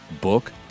book